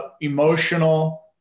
Emotional